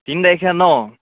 তিনতাৰিখে ন